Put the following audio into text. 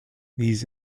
these